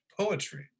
poetry